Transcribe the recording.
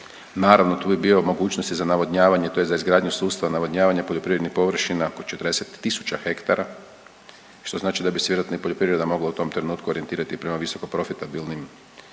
za navodnjavanje to je za izgradnju sustava navodnjavanja poljoprivrednih površina oko 40.000 hektara, što znači da bi se vjerojatno i poljoprivreda mogla u tom trenutku orijentirati prema visoko profitabilnim